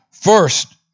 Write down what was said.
First